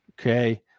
Okay